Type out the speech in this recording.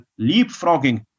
leapfrogging